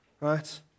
Right